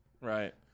Right